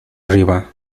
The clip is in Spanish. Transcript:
arriba